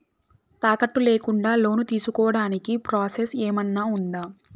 తాకట్టు లేకుండా లోను తీసుకోడానికి ప్రాసెస్ ఏమన్నా ఉందా?